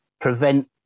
prevent